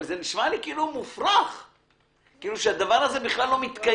אבל זה נשמע לי מופרך שהדבר הזה בכלל לא מתקיים.